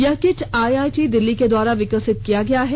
यह kit IIT Delhi के द्वारा विकसित किया गया है